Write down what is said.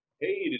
Hey